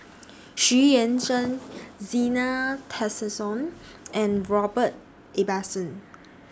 Xu Yuan Zhen Zena Tessensohn and Robert Ibbetson